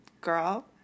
girl